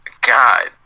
God